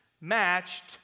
matched